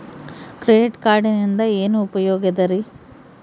Credit ಕಾರ್ಡಿನಿಂದ ಏನು ಉಪಯೋಗದರಿ?